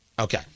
Okay